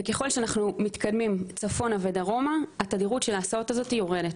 וככל שאנחנו מתקדמים צפונה ודרומה התדירות של ההסעות האלה יורדת.